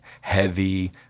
heavy